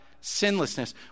sinlessness